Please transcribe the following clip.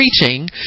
preaching